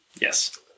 Yes